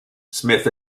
smith